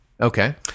Okay